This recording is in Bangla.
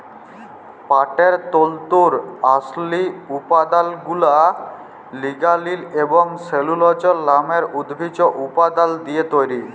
পাটের তল্তুর আসলি উৎপাদলগুলা লিগালিল এবং সেলুলজ লামের উদ্ভিজ্জ উপাদাল দিঁয়ে তৈরি